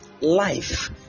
life